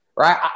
Right